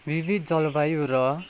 विविध जलवायु र